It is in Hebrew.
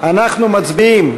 אנחנו מצביעים